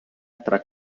tra